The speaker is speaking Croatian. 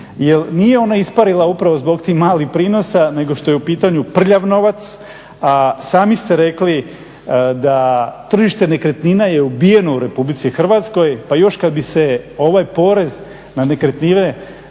nije ona isparila upravo zbog tih malih prinosa nego što je u pitanju prljav novac, a sami ste rekli da je tržište nekretnina je ubijeno u Republici Hrvatskoj, pa još kad bi se ovaj porez na nekretnine